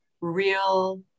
real